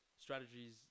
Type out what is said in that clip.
strategies